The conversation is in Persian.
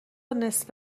نصف